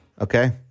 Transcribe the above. Okay